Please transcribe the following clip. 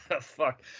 Fuck